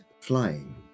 flying